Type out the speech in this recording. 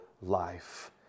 life